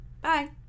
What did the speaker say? Bye